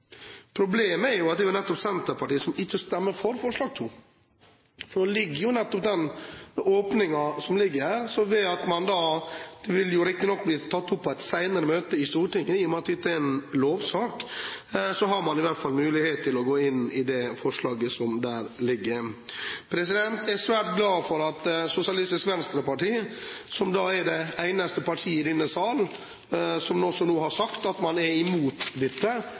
Problemet er jo at det er nettopp Senterpartiet som ikke stemmer for forslag nr. 2. Der ligger jo den åpningen – riktignok vil det bli tatt på et senere møte i Stortinget, i og med at dette er en lovsak, men man har i hvert fall mulighet til å gå inn i det forslaget som ligger her. Jeg er svært glad for at Sosialistisk Venstreparti, som er det eneste partiet i denne salen som nå har sagt at man er imot